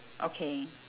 okay